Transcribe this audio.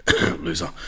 loser